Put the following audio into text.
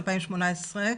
2018,